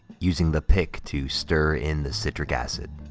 using the pick to stir in the citric acid.